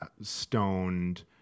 stoned